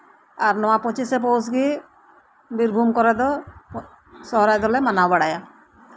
ᱟᱨ ᱱᱚᱣᱟ ᱯᱚᱸᱪᱤᱥᱟ ᱯᱳᱥᱜᱮ ᱵᱤᱨᱵᱷᱩᱢ ᱠᱚᱨᱮ ᱫᱚ ᱥᱚᱨᱦᱟᱭ ᱫᱚᱞᱮ ᱢᱟᱱᱟᱣ ᱵᱟᱲᱟᱭᱟ